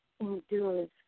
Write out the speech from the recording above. endures